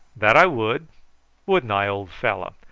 that i would wouldn't i, old fellow?